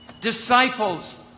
disciples